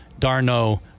Darno